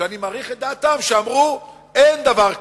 שאני מעריך את דעתם, והם אמרו: אין דבר כזה.